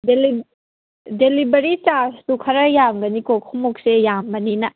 delivery ꯆꯥꯔꯖꯇꯨ ꯈꯔ ꯌꯥꯝꯒꯅꯤꯀꯣ ꯈꯣꯡꯎꯞꯁꯦ ꯌꯥꯝꯕꯅꯤꯅ